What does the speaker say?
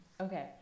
Okay